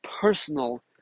personal